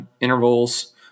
intervals